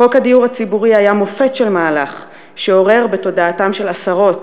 חוק הדיור הציבורי היה מופת של מהלך שעורר בתודעתם של עשרות,